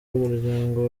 umuryango